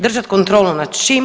Držat kontrolu nad čim?